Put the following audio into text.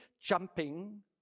jumping